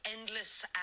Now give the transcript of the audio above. endless